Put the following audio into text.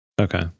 Okay